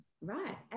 Right